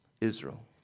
Israel